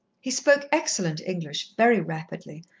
he spoke excellent english, very rapidly,